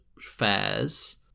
Fairs